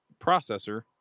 processor